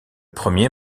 premier